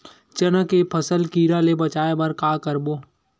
चना के फसल कीरा ले बचाय बर का करबो?